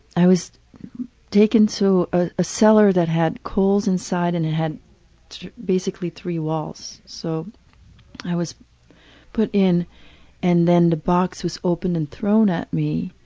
i was taken to so ah a cellar that had coals inside and it had basically three walls so i was put in and then the box was opened and thrown at me.